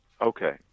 Okay